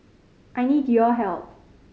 I need your help